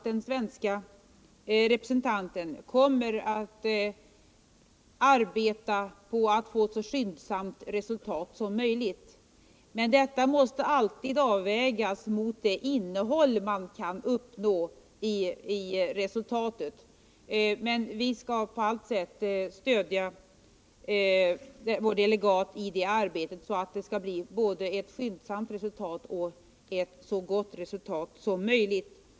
Den svenske representanten kommer självfallet att arbeta för att få så skyndsamt resultat som möjligt, men detta måste alltid avvägas mot det innehåll man kan uppnå i resultatet. Vi skall emellertid på allt sätt stödja vår delegat i det arbetet för att det skall bli både ett skyndsamt och ett så gott resultat som möjligt.